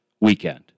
weekend